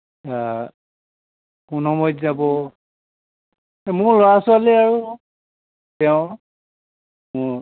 কোন সময়ত যাব এই মোৰ ল'ৰা ছোৱালী আৰু তেওঁ